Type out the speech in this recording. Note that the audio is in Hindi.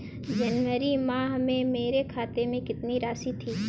जनवरी माह में मेरे खाते में कितनी राशि थी?